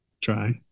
Try